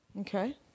Okay